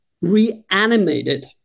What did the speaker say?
reanimated